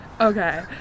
okay